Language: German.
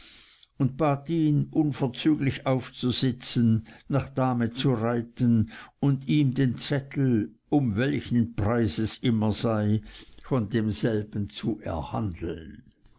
und bat ihn unverzüglich aufzusitzen nach dahme zu reiten und ihm den zettel um welchen preis es immer sei von demselben zu erhandeln